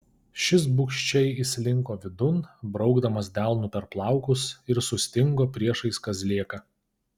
šis bugščiai įslinko vidun braukdamas delnu per plaukus ir sustingo priešais kazlėką